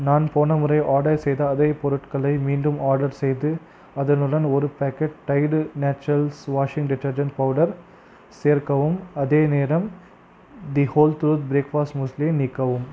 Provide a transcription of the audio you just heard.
நான் போன முறை ஆர்டர் செய்த அதே பொருட்களை மீண்டும் ஆர்டர் செய்து அதனுடன் ஒரு packet Tide Naturals washing detergent powder சேர்க்கவும் அதேநேரம் the whole truth breakfast முஸ்லியை நீக்கவும்